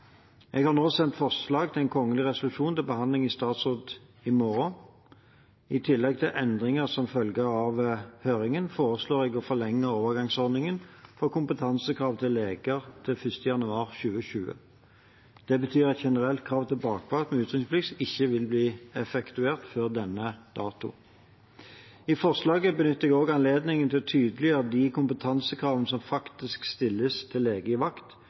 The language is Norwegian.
Jeg har nå sendt forslag til en kongelig resolusjon til behandling i statsråd i morgen. I tillegg til endringer som følge av høringen foreslår jeg å forlenge overgangsordningen for kompetansekrav til leger til 1. januar 2020. Det betyr at generelt krav til bakvakt med utrykningsplikt ikke vil bli effektuert før denne dato. I forslaget benytter jeg også anledningen til å tydeliggjøre de kompetansekravene som stilles til lege på vakt,